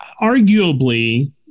arguably